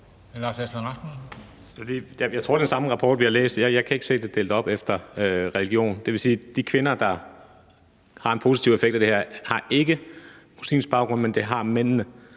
det er den samme rapport, vi har læst, og jeg kan ikke se, at det er delt op efter religion. Det vil sige, at de kvinder, der har en positiv effekt af det her, ikke har muslimsk baggrund, men at det har mændene?